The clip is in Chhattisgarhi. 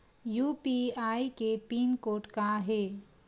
यू.पी.आई के पिन कोड का हे?